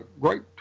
great